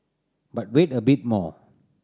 but wait a bit more